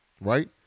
right